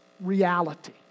reality